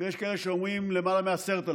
ויש כאלה שאומרים שזה למעלה מ-10,000.